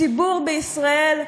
הציבור בישראל,